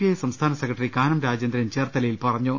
I സംസ്ഥാന secretary Kanam Rajendran ചേർത്തലയിൽ പറഞ്ഞു